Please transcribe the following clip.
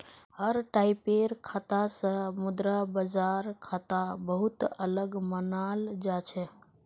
हर टाइपेर खाता स मुद्रा बाजार खाता बहु त अलग मानाल जा छेक